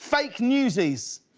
fake newsies.